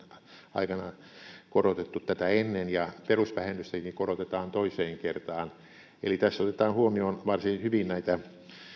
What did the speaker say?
aikana korotettu tätä ennen ja perusvähennystäkin korotetaan toiseen kertaan eli tässä otetaan huomioon varsin hyvin näitä